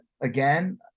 again